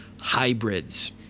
hybrids